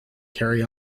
carry